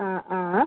ആ ആ